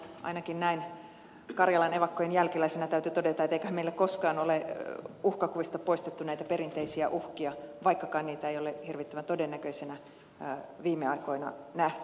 ainakin näin karjalan evakkojen jälkeläisenä täytyy todeta että eihän meillä koskaan ole uhkakuvista poistettu näitä perinteisiä uhkia vaikkakaan niitä ei ole hirvittävän todennäköisinä viime aikoina nähty